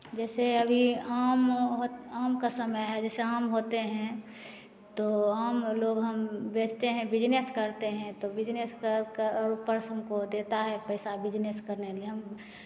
जैसे अभी आम होत आम का समय है जैसे आम होते हैं तो आम लोग हम बेचते हैं बिज़नेस करते हैं तो बिज़नेस कर का पर्सन को देता है पैसा बिज़नेस करने लिये हम